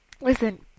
listen